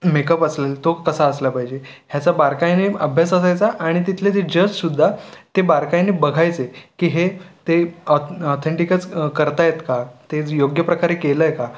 makeup असेल तो कसा असला पाहिजे ह्याचा बारकाईने अभ्यास असायचा आणि तिथले ते जज सुद्धा ते बारकाईने बघायचे की हे ते ऑथेंटिकच करत आहेत का तेच योग्य प्रकारे केलं आहे का